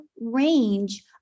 range